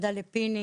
תודה לפיני